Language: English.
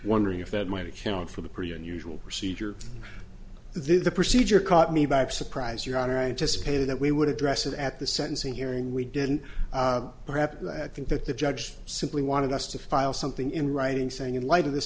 wondering if that might account for the pretty unusual procedure then the procedure caught me by surprise your honor i anticipated that we would address it at the sentencing hearing we didn't happen i think that the judge simply wanted us to file something in writing saying in light of this